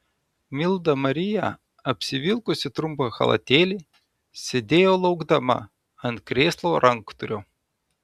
milda marija apsivilkusi trumpą chalatėlį sėdėjo laukdama ant krėslo ranktūrio